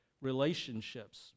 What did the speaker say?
relationships